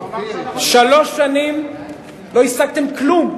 שלוש שנים לא השגתם כלום.